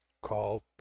call